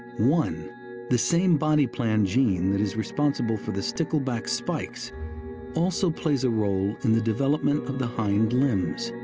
one the same body-plan gene that is responsible for the stickleback spikes also plays a role in the development of the hind limbs.